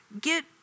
Get